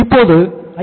இப்போது ஐ